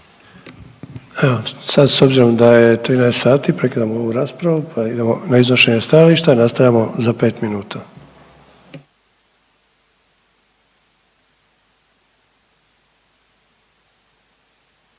sad s obzirom da je 13 sati prekidam ovu raspravu, pa idemo na iznošenje stajališta, a nastavljamo za 5 minuta.